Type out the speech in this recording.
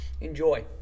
enjoy